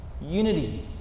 unity